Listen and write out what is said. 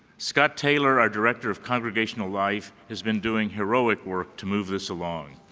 scott tayler, our director of congregational life, has been doing heroic work to move this along.